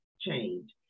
change